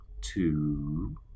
two